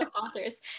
authors